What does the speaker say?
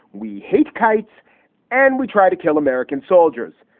we hate kites and we try to kill american soldiers.